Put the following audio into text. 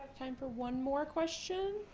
time for one more question.